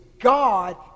God